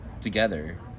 together